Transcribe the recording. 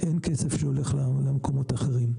אין כסף שהולך למקומות אחרים.